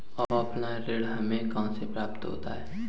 Offline ऋण हमें कहां से प्राप्त होता है?